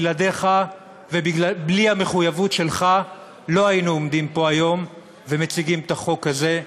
בלעדיך ובלי המחויבות שלך לא היינו עומדים פה היום ומציגים את החוק הזה.